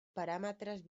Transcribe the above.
paràmetres